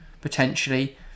potentially